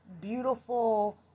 beautiful